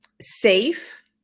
safe